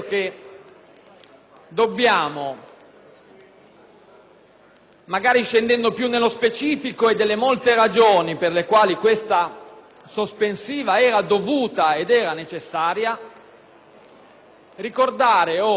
Magari scendendo più nello specifico delle molte ragioni per le quali questa sospensiva era dovuta e necessaria, dovremmo ricordare ora, nel manifestare imbarazzo,